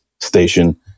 station